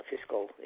fiscal